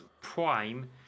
Prime